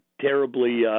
terribly